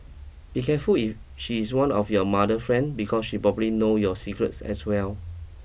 be careful if she's one of your mother friend because she probably know your secrets as well